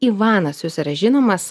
ivanas jūs yra žinomas